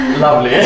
lovely